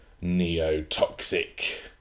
neo-toxic